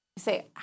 say